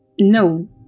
no